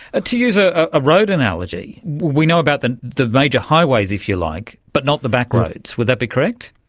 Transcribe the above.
ah to use ah a road analogy, we know about the the major highways, if you like, but not the back roads. would that be correct?